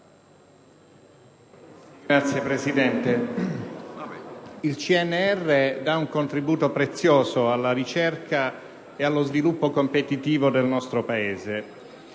2.3000 (testo 3)/11. Il CNR dà un contributo prezioso alla ricerca e allo sviluppo competitivo del nostro Paese.